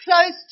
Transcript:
close